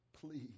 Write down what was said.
please